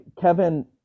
Kevin